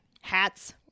Hats